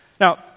Now